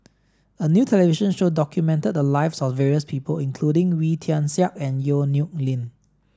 a new television show documented the lives of various people including Wee Tian Siak and Yong Nyuk Lin